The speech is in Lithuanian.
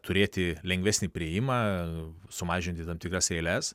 turėti lengvesnį priėjimą sumažinti tam tikras eiles